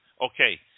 Okay